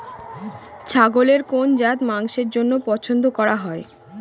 ছাগলের কোন জাত মাংসের জন্য পছন্দ করা হয়?